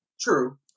True